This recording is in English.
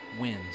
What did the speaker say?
wins